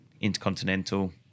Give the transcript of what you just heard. Intercontinental